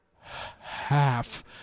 half